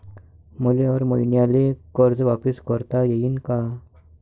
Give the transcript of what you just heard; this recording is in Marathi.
मले हर मईन्याले कर्ज वापिस करता येईन का?